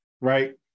right